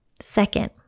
Second